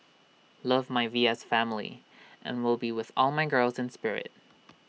love my V S family and will be with all my girls in spirit